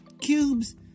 cubes